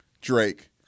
Drake